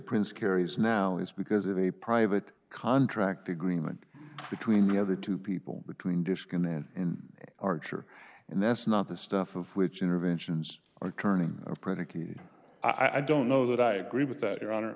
prince carries now is because of a private contract agreement between the other two people between dish can and in archer and that's not the stuff of which interventions are turning predicated i don't know that i agree with that your honor